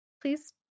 Please